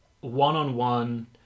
one-on-one